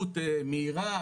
להתאוששות מהירה,